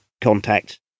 contacts